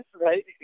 right